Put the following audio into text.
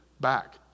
back